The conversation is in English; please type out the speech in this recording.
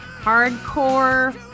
hardcore